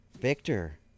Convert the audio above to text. Victor